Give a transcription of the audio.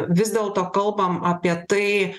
vis dėlto kalbam apie tai